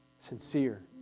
sincere